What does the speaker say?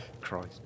Christ